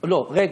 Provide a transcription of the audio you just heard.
לא, רגע.